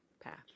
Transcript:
path